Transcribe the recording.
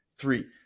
Three